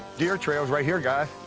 deer trail's right here, guy.